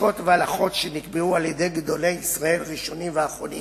בפסיקות והלכות שנקבעו על-ידי גדולי ישראל ראשונים ואחרונים